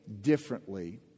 differently